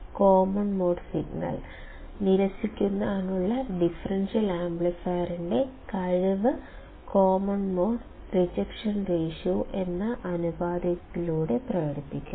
common mode signal നിരസിക്കാനുള്ള differential ആംപ്ലിഫയറിന്റെ കഴിവ് കോമൺ മോഡ് റിജക്ഷൻ റേഷ്യോ എന്ന അനുപാതത്തിലൂടെ പ്രകടിപ്പിക്കുന്നു